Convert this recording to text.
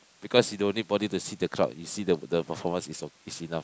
because you don't need body to see the clouds you see the the performance is so is enough